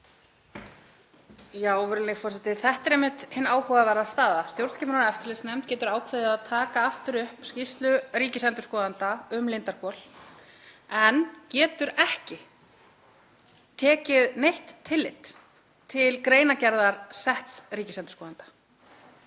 Virðulegi forseti. Þetta er einmitt hin áhugaverða staða. Stjórnskipunar- og eftirlitsnefnd getur ákveðið að taka aftur upp skýrslu ríkisendurskoðanda um Lindarhvol en getur ekki tekið neitt tillit til greinargerðar setts ríkisendurskoðanda